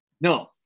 No